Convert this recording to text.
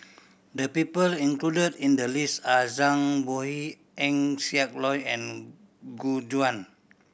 the people included in the list are Zhang Bohe Eng Siak Loy and Gu Juan